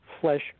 flesh